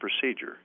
procedure